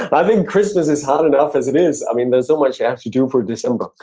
i think christmas is hard enough as it is. i mean, there's so much you have to do for december,